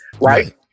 right